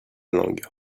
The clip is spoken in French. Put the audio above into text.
langue